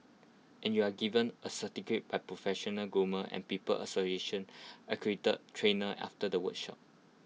and you are given A by professional groomer and people association accredited trainer after the workshop